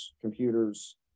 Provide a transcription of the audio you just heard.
computers